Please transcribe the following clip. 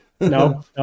No